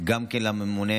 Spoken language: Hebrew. גם לממונה